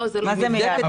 מה זה מיד?